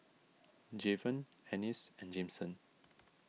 Javen Ennis and Jameson